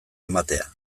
ematea